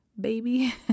baby